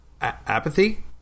Apathy